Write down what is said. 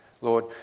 Lord